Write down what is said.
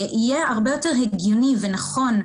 יהיה הרבה יותר הגיוני ונכון,